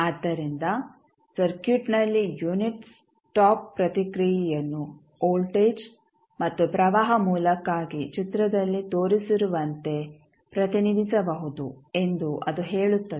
ಆದ್ದರಿಂದ ಸರ್ಕ್ಯೂಟ್ನಲ್ಲಿ unit step ಪ್ರತಿಕ್ರಿಯೆಯನ್ನು ವೋಲ್ಟೇಜ್ ಮತ್ತು ಪ್ರವಾಹ ಮೂಲಕ್ಕಾಗಿ ಚಿತ್ರದಲ್ಲಿ ತೋರಿಸಿರುವಂತೆ ಪ್ರತಿನಿಧಿಸಬಹುದು ಎಂದು ಅದು ಹೇಳುತ್ತದೆ